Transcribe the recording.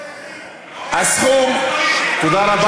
הסכום שאנחנו מדברים עליו,